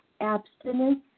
Abstinence